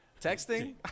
texting